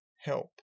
help